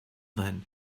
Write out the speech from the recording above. then